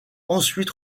ensuite